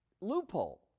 loophole